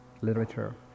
literature